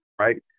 right